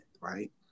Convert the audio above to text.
right